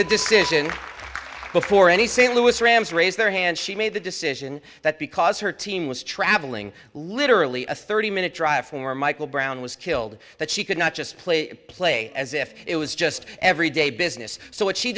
the decision before any st louis rams raised their hand she made the decision that because her team was traveling literally a thirty minute drive for michael brown was killed that she could not just play play as if it was just every day business so what she